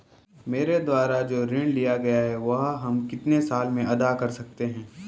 मेरे द्वारा जो ऋण लिया गया है वह हम कितने साल में अदा कर सकते हैं?